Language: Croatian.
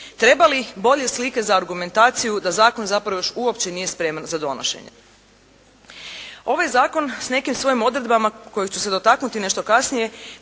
Treba li bolje slike za argumentaciju da zakon zapravo još uopće nije spreman za donošenje. Ovaj zakon s nekim svojim odredbama kojih ću se dotaknuti nešto kasnije